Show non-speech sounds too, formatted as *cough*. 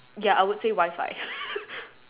ya I would say Wi-Fi *laughs*